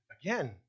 again